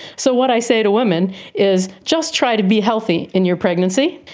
so what i say to women is just try to be healthy in your pregnancy.